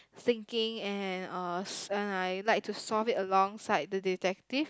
thinking and uh and I like to solve it alongside the detective